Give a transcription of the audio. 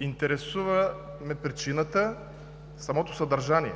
Интересува ме причината, самото съдържание